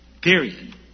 Period